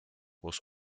was